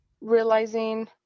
realizing